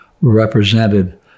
represented